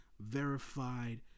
verified